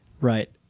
right